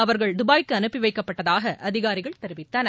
அவர்கள் துபாய்க்கு அனுப்பிவைக்கப்பட்டதாக அதிகாரிகள் தெரிவித்தனர்